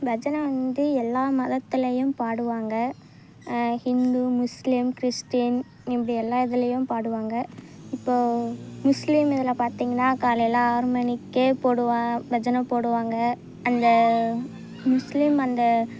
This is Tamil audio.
பஜனை வந்து எல்லா மதத்துலையும் பாடுவாங்க ஹிந்து முஸ்லீம் கிறிஸ்டின் இப்படி எல்லா இதுலையும் பாடுவாங்க இப்போ முஸ்லீம் இதில் பார்த்திங்னா காலையில ஆறு மணிக்கே போடுவா பஜனை போடுவாங்க அந்த முஸ்லீம் அந்த